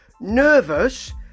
nervous